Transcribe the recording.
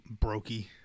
Brokey